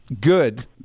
good